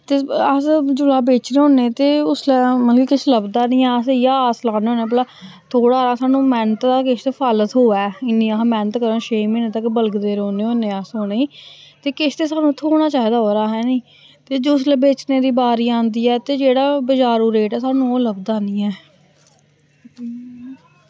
ते अस जिसलै बेचने होन्ने ते उसलै मतलब किश लभदा निं ऐ अस इ'यै आस लान्ने होन्ने भला थोह्ड़ा हारा सानू मैह्नत दा किश फल्ल थ्होए इन्नी अस मैह्नत करने छे म्हीनें तक बल्गदे रौंह्ने होन्ने अस उ'नें ते किश ते सानू थ्होना चाहिदा ओह्दा हैनी ते जिसलै बेचने दी बारी आंह्दी ऐ ते जेह्ड़ा बजारू रेट ऐ सानू ओह् लभदा निं ऐ